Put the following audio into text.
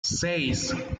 seis